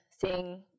seeing